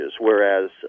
whereas